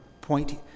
point